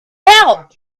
out